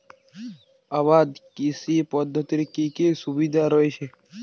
আবাদ কৃষি পদ্ধতির কি কি সুবিধা রয়েছে?